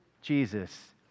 Jesus